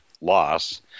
loss